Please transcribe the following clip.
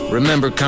Remember